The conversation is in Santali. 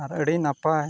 ᱟᱨ ᱟᱹᱰᱤ ᱱᱟᱯᱟᱭ